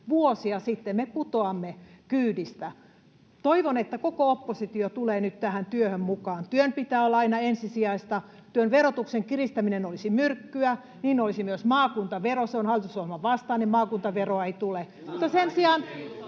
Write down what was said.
vuosia sitten, me putoamme kyydistä. Toivon, että koko oppositio tulee nyt tähän työhön mukaan. Työn pitää olla aina ensisijaista. Työn verotuksen kiristäminen olisi myrkkyä. Niin olisi myös maakuntavero. Se on hallitusohjelman vastainen, maakuntaveroa ei tule.